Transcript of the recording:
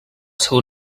seu